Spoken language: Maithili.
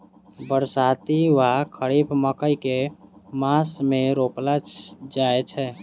बरसाती वा खरीफ मकई केँ मास मे रोपल जाय छैय?